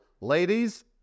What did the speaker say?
Ladies